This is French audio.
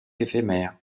éphémères